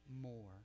more